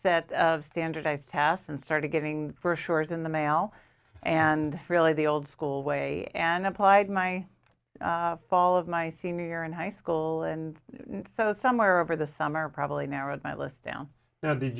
set of standardized tests and started getting shorts in the mail and really the old school way and applied my fall of my senior year in high school and so somewhere over the summer probably narrowed my list down no